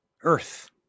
earth